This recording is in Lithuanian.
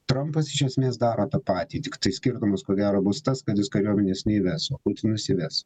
trampas iš esmės daro tą patį tiktai skirtumas ko gero bus tas kad jis kariuomenės neįves putinas įves